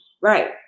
right